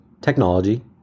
technology